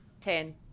ten